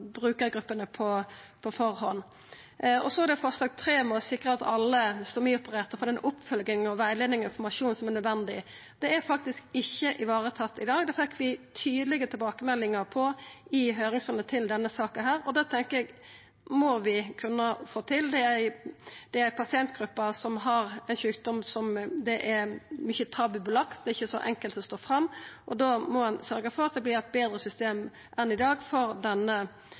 brukargruppene på førehand. Så til forslag nr. 3, om å sikra at alle stomiopererte får den oppfølginga, rettleiinga og informasjonen som er nødvendig. Det er ikkje tatt vare på i dag. Det fekk vi tydelege tilbakemeldingar om i høyringsrunden til denne saka, og det tenkjer eg at vi må kunna få til. Dette er ei pasientgruppe som har ein sjukdom som er mykje tabubelagd. Det er ikkje så enkelt å stå fram, og da må ein sørgja for at det vert eit betre system enn i dag for denne